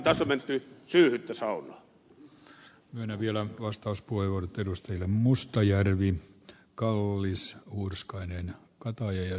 tässä on menty syyhyttä saunaan menen vielä vastauspuheenvuorot edustajille mustajärvi kallis hurskainen kotoinen